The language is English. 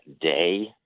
day